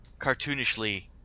cartoonishly